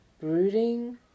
brooding